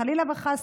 חלילה וחס,